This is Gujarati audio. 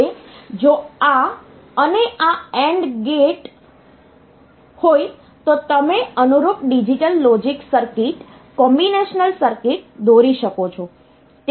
હવે જો આ અને આ AND હોય તો તમે અનુરૂપ digital logic circuit combinational circuit દોરી શકો છો